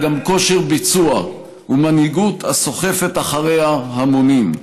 גם כושר ביצוע ומנהיגות הסוחפת אחריה המונים.